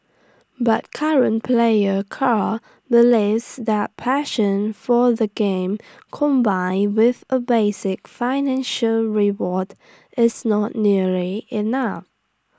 but current player Carl believes that passion for the game combined with A basic financial reward is not nearly enough